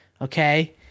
Okay